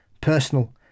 personal